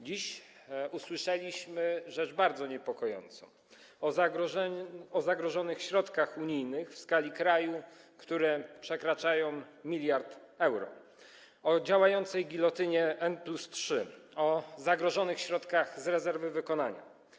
Dziś usłyszeliśmy rzecz bardzo niepokojącą - usłyszeliśmy o zagrożonych środkach unijnych w skali kraju, które przekraczają 1 mld euro, o działającej gilotynie n+3, o zagrożonych środkach z rezerwy wykonania.